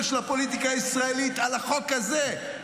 של הפוליטיקה הישראלית" על החוק הזה.